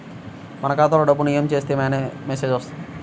మన ఖాతాలో డబ్బులు ఏమి చేస్తే మెసేజ్ వస్తుంది?